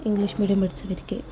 English medium പഠിച്ചവർക്ക്